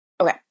okay